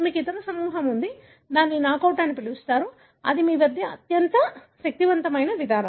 మీకు ఇతర సమూహం ఉంది దీనిని నాకౌట్ అని పిలుస్తారు ఇది మీ వద్ద అత్యంత శక్తివంతమైన విధానం